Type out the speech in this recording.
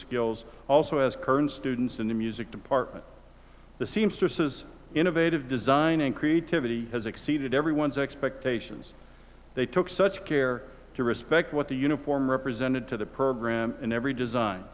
skills also as current students in the music department the seamstresses innovative design and creativity has exceeded everyone's expectations they took such care to respect what the uniform represented to the program in every design